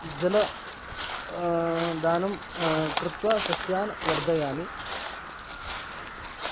जलं दानं कृत्वा सस्यानि वर्धयामि